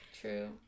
true